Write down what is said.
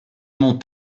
mont